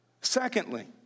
Secondly